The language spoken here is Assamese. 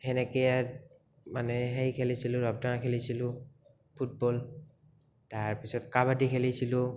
হেনেকে মানে সেই খেলিছিলোঁ ৰবাব টেঙা খেলিছিলোঁ ফুটবল তাৰপিছত কাবাডি খেলিছিলোঁ